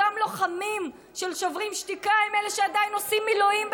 אותם לוחמים של שוברים שתיקה הם אלה שעדיין עושים מילואים,